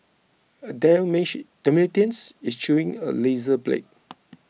a Dalmatian is chewing a razor blade